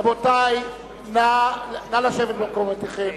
רבותי, נא לשבת במקומותיכם.